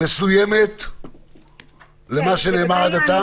מסוימת למה שנאמר עד עתה?